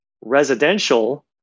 residential